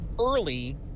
early